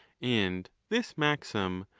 and this maxim,